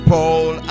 Paul